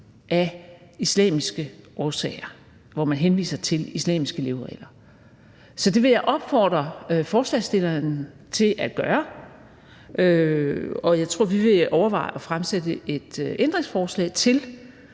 af islamiske årsager, altså hvor man henviser til islamiske leveregler. Så det vil jeg opfordre forslagsstillerne til at gøre, og jeg tror, vi vil overveje at stille et ændringsforslag til